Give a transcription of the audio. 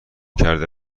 کرده